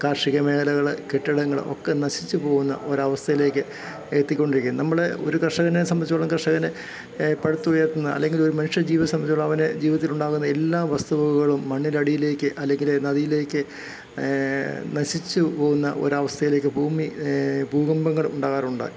കാർഷിക മേഖലകൾ കെട്ടിടങ്ങൾ ഒക്കെ നശിച്ച് പോകുന്ന ഒരു അവസ്ഥയിലേക്ക് എത്തിക്കൊണ്ടിരിക്കും നമ്മൾ ഒരു കർഷകനെ സംബന്ധിച്ചിടത്തോളം കർഷകന് പടുത്തുയർത്തുന്ന അല്ലെങ്കിലൊരു മനുഷ്യ ജീവനെ സംബന്ധിച്ചിടത്തോളം അവന് ജീവിതത്തിലുണ്ടാകുന്ന എല്ലാ വസ്തു വകകളും മണ്ണിനടിയിലേക്ക് അല്ലെങ്കിൽ നദിയിലേക്ക് നശിച്ച് പോകുന്ന ഒരു അവസ്ഥയിലേക്ക് ഭൂമി ഭൂകമ്പങ്ങൾ ഉണ്ടാകാറുണ്ട്